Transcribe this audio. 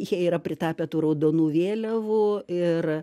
jie yra pritapę tų raudonų vėliavų ir